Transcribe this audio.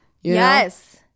Yes